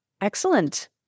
Excellent